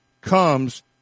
comes